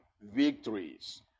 victories